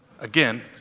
again